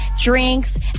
drinks